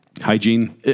Hygiene